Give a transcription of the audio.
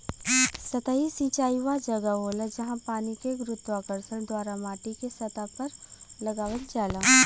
सतही सिंचाई वह जगह होला, जहाँ पानी के गुरुत्वाकर्षण द्वारा माटीके सतह पर लगावल जाला